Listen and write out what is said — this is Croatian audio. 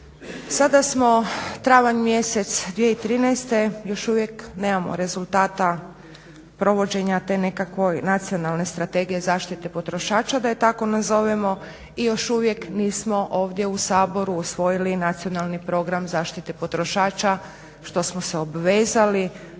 Sada smo travanj mjesec 2013. još uvijek nemam rezultata provođenja te nekakve nacionalne strategije potrošača da je tako nazovemo i još uvijek nismo ovdje u saboru usvojili Nacionalni program zaštite potrošača što smo se obvezali